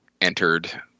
entered